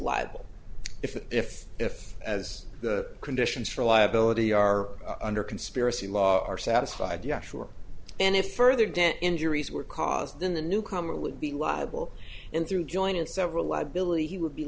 liable if if if as the conditions for liability are under conspiracy law are satisfied yeah sure and if further debt injuries were caused then the new comer would be liable and through joint and several liability he would be